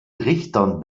richtern